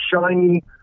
shiny